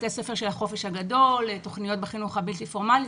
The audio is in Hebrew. כך בתי הספר של החופש הגדול ותוכניות בחינוך הבלתי פורמלי.